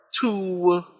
two